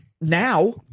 Now